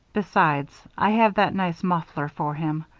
besides, i have that nice muffler for him.